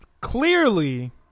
clearly